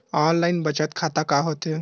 Online बचत खाता का होथे?